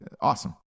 awesome